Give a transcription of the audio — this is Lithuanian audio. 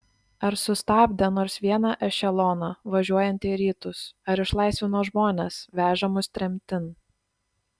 ar sustabdė nors vieną ešeloną važiuojantį į rytus ar išlaisvino žmones vežamus tremtin